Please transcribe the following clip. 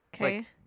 Okay